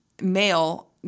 male